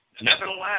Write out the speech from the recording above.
Nevertheless